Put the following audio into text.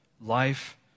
life